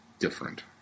different